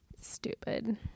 Stupid